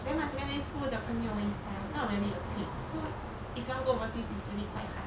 then my secondary school 的朋友 is like not really a clique so it's if you want go overseas it's really quite hard